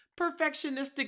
Perfectionistic